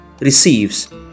receives